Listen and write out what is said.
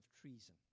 treason